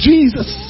Jesus